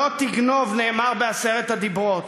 לא תגנוב, נאמר בעשרת הדיברות.